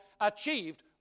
achieved